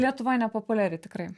lietuvoj nepopuliari tikrai